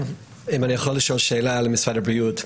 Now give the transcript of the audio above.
אני יכול לשאול שאלה את משרד הבריאות?